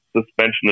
suspension